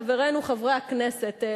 חברינו חברי הכנסת,